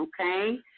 okay